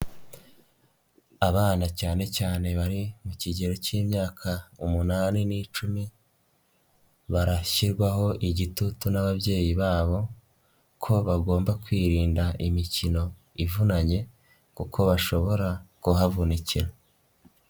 Abana cyane cyane bari mu kigero cy'imyaka umunani n'icumi, barashyirwaho igitutu n'ababyeyi babo, ko bagomba kwirinda imikino ivunanye kuko bashobora kuhavunikira.